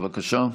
בבקשה.